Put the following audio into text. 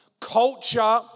Culture